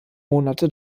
monate